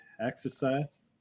exercise